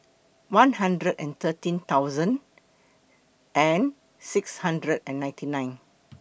one hundred and thirteen thousand and six hundred and ninety nine